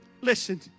Listen